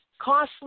costly